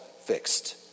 fixed